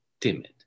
timid